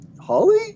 Holly